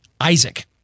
Isaac